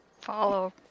Follow